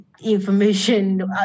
information